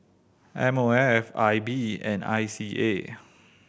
M O F I B and I C A